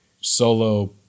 solo